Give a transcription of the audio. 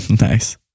Nice